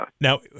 now